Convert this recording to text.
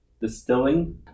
Distilling